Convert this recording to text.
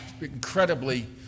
incredibly